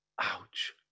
Ouch